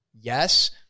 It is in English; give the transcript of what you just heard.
yes